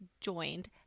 joined